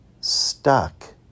stuck